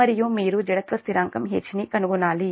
మరియు మీరు జడత్వ స్థిరాంకం H ని కనుగొనాలి